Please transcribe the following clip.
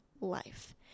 life